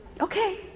Okay